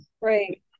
Right